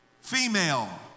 female